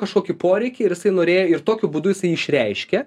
kažkokį poreikį ir jisai norė ir tokiu būdu jisai išreiškia